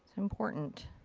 important.